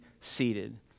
seated